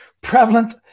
prevalent